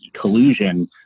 collusion